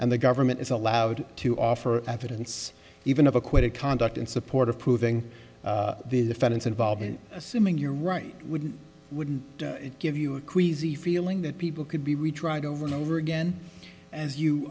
and the government is allowed to offer evidence even of a quick conduct in support of proving the defendants involved assuming you're right wouldn't wouldn't it give you a queasy feeling that people could be retried over and over again as you